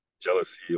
jealousy